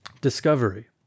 Discovery